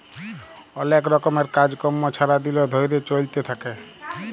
অলেক রকমের কাজ কম্ম ছারা দিল ধ্যইরে চইলতে থ্যাকে